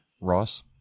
Ross